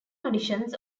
auditions